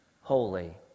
holy